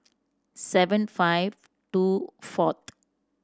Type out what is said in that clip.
seven five two fourth